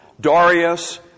Darius